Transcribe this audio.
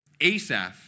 Asaph